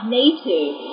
native